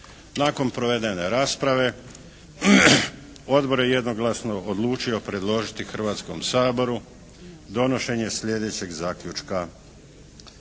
Nakon provedene rasprave odbor je jednoglasno odlučio predložiti Hrvatskom saboru donošenje slijedećeg zaključka.